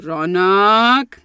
Ronak